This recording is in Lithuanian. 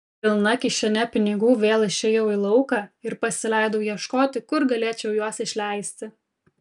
pilna kišene pinigų vėl išėjau į lauką ir pasileidau ieškoti kur galėčiau juos išleisti